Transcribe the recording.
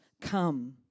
Come